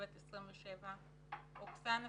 בת 27. אוקסנה סימנוביץ,